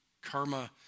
Karma